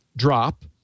drop